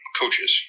coaches